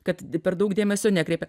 kad per daug dėmesio nekreipia